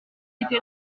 été